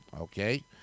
Okay